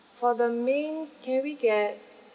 for the mains can we get